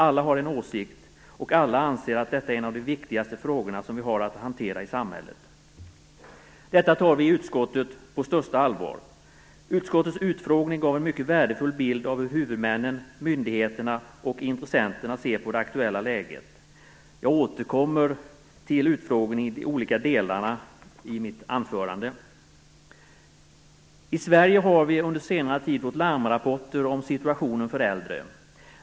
Alla har en åsikt, och alla anser att detta är en av de viktigaste frågor vi har att hantera i samhället. Detta tar vi i utskottet på största allvar. Utskottets utfrågning gav en mycket värdefull bild av hur huvudmännen, myndigheterna och intressenterna ser på det aktuella läget. Jag återkommer till de olika delarna av utfrågningen i mitt anförande. I Sverige har vi under senare tid fått larmrapporter om situationen för äldre.